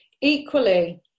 Equally